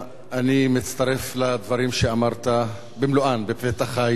אני מצטרף לדברים שאמרת בפתח הישיבה,